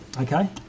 okay